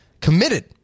committed